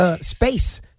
space